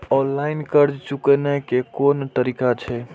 Online कर्ज चुकाने के कोन तरीका छै?